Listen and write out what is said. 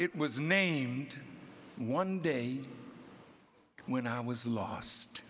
it was named one day when i was lost